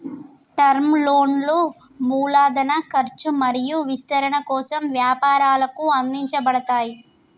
term లోన్లు మూలధన ఖర్చు మరియు విస్తరణ కోసం వ్యాపారాలకు అందించబడతయ్